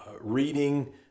reading